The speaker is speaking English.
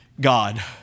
God